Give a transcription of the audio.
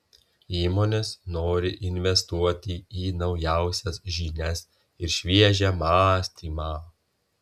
įmonės nori investuoti į naujausias žinias ir šviežią mąstymą